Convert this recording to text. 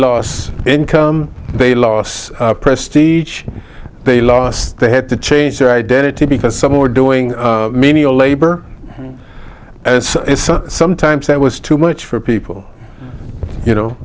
loss income they lost prestige they lost they had to change their identity because some were doing menial labor and sometimes that was too much for people you know